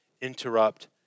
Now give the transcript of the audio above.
interrupt